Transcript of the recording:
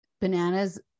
Bananas